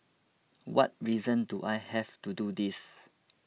what reason do I have to do this